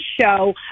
show